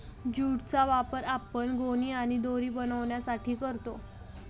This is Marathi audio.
ज्यूट चा वापर आपण गोणी आणि दोरी बनवण्यासाठी करतो